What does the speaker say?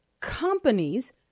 companies